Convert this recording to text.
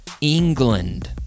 England